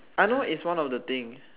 I know is one of the things